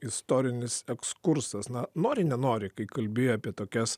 istorinis ekskursas na nori nenori kai kalbi apie tokias